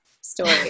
story